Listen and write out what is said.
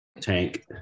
tank